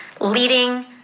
leading